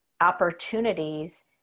opportunities